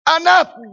Enough